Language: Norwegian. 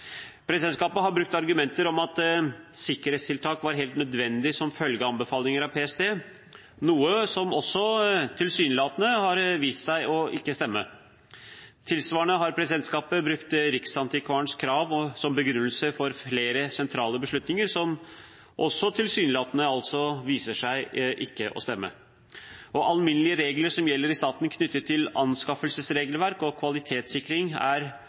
Presidentskapet har brukt argumenter om at sikkerhetstiltak var helt nødvendige som følge av anbefalinger fra PST, noe som tilsynelatende har vist seg ikke å stemme. Tilsvarende har presidentskapet brukt Riksantikvarens krav som begrunnelse for flere sentrale beslutninger, som tilsynelatende heller ikke viser seg å stemme. Alminnelige regler som gjelder i staten knyttet til anskaffelsesregelverk og kvalitetssikring, er